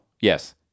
yes